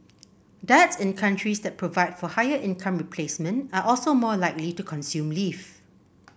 dads in countries that provide for higher income replacement are also more likely to consume leave